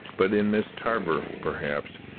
but in miss tarver, perhaps,